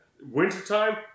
Wintertime